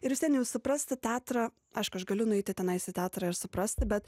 ir vis vien jau suprasti teatrą aišku aš galiu nueiti tenais į teatrą ir suprasti bet